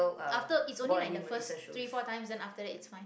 after it's only like the first three four times then after that it's fine